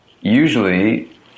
usually